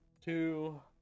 two